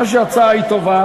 אני חושב שההצעה היא טובה.